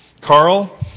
Carl